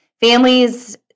Families